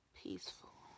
peaceful